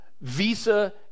Visa